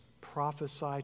prophesy